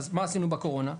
אז מה עשינו בקורונה?